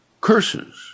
Curses